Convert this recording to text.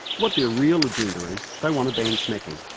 what their real agenda is, they want to ban smacking.